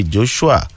Joshua